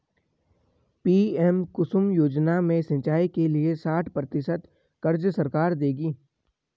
PM Kusum योजना में सिंचाई के लिए साठ प्रतिशत क़र्ज़ सरकार देगी